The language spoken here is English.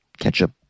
ketchup